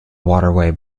waterway